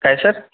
काय सर